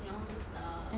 and all those stuff